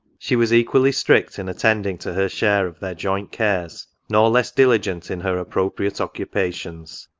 she was equally strict in attending to her share of their joint cares, nor less diligent in her appropriate occupations.